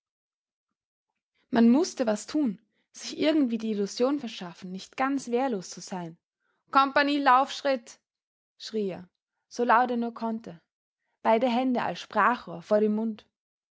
man mußte was tun sich irgendwie die illusion verschaffen nicht ganz wehrlos zu sein kompagnie laufschritt schrie er so laut er nur konnte beide hände als sprachrohr vor dem mund